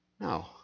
No